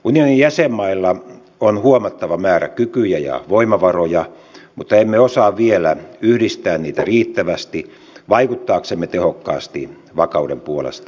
unionin jäsenmailla on huomattava määrä kykyjä ja voimavaroja mutta emme osaa vielä yhdistää niitä riittävästi vaikuttaaksemme tehokkaasti vakauden puolesta maailmassa